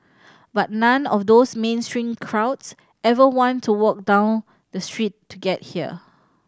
but none of those mainstream crowds ever want to walk down the street to get here